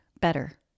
better